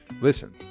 Listen